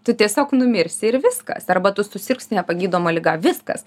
tu tiesiog numirsi ir viskas arba tu susirgsi nepagydoma liga viskas